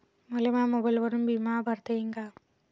मले माया मोबाईलवरून बिमा भरता येईन का?